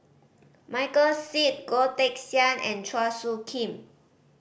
Michael Seet Goh Teck Sian and Chua Soo Khim